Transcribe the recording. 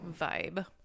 vibe